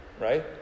right